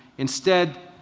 instead,